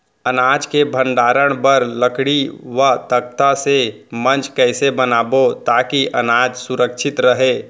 अनाज के भण्डारण बर लकड़ी व तख्ता से मंच कैसे बनाबो ताकि अनाज सुरक्षित रहे?